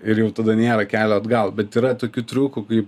ir jau tada nėra kelio atgal bet yra tokių triukų kai